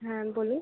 হ্যাঁ বলুন